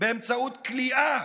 באמצעות כליאה,